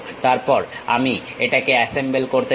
তারপর আমি এটাকে অ্যাসেম্বল করতে চাই